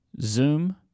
Zoom